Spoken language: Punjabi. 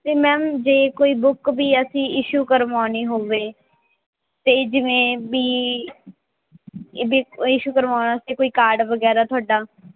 ਅਤੇ ਮੈਮ ਜੇ ਕੋਈ ਬੁੱਕ ਵੀ ਅਸੀਂ ਇਸ਼ੂ ਕਰਵਾਉਣੀ ਹੋਵੇ ਅਤੇ ਜਿਵੇਂ ਵੀ ਵੀ ਇਸ਼ੂ ਕਰਵਾਉਣਾ ਅਸੀਂ ਕੋਈ ਕਾਰਡ ਵਗੈਰਾ ਤੁਹਾਡਾ